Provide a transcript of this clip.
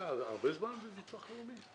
אתה הרבה זמן בביטוח לאומי?